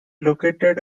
located